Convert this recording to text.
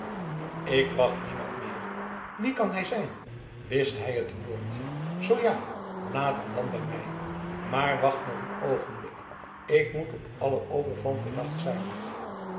ik wacht niemand meer wie kan hij zijn wist hij het woord zoo ja laat hem dan bij mij maar wacht nog een oogenblik ik moet op allen overval verdacht zijn